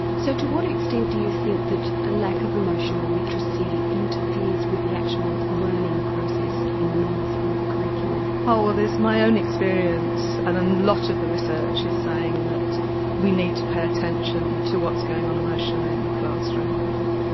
so to what extent do you think that a lack of emotional literacy interferes with the actual learning process in the normal school curriculum? oh, well there's my own experience, and a and lot of the research is saying that we need to pay attention to what's going on emotionally in the classroom.